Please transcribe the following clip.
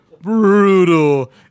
Brutal